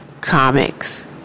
comics